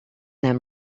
them